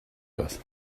earth